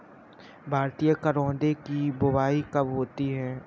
भारतीय करौदे की बुवाई कब होती है?